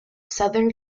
southern